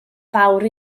fawr